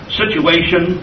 situation